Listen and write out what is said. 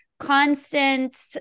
constant